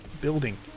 building